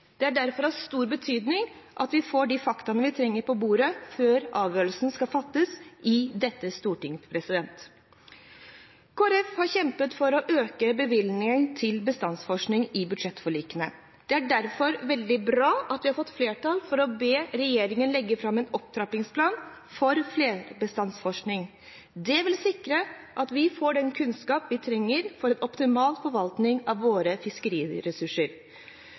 Det er derfor av stor betydning at vi får de faktaene vi trenger, på bordet før avgjørelse skal fattes i dette storting. Kristelig Folkeparti har i budsjettforlikene kjempet for å øke bevilgninger til bestandsforskning. Det er derfor veldig bra at det er flertall for å be regjeringen legge fram en opptrappingsplan for flerbestandsforskning. Dette vil sikre at vi får den kunnskapen vi trenger for en optimal forvaltning av våre fiskeriressurser.